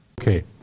Okay